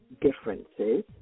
differences